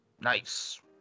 Nice